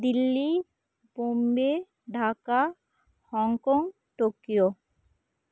Delhi Bombay Dhaka Hong Kong Tokyo